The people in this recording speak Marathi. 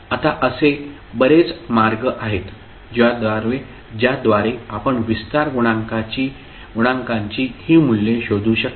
आता असे बरेच मार्ग आहेत ज्याद्वारे आपण विस्तार गुणांकांची ही मूल्ये शोधू शकता